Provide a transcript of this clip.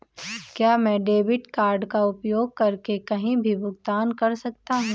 क्या मैं debit card का उपयोग करके कहीं भी भुगतान कर सकता हूं?